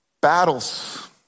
battles